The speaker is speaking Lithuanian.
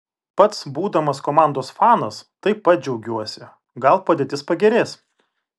pats būdamas komandos fanas taip pat džiaugiuosi gal padėtis pagerės